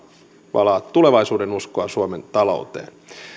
valaa tulevaisuudenuskoa suomen talouteen